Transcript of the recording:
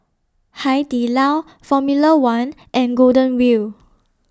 Hai Di Lao Formula one and Golden Wheel